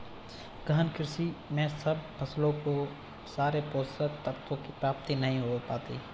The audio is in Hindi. गहन कृषि में सब फसलों को सारे पोषक तत्वों की प्राप्ति नहीं हो पाती